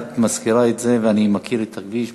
אני דיברתי על הכביש הזה.